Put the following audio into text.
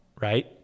right